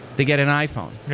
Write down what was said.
they get an iphone.